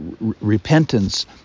repentance